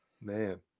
man